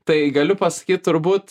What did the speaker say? tai galiu pasakyt turbūt